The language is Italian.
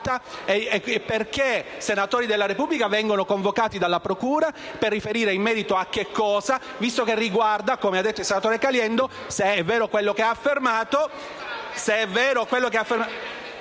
perché dei senatori della Repubblica vengono convocati dalla procura e per riferire in merito a che cosa, visto che riguarda, come ha detto il senatore Caliendo, se è vero quello che ha affermato...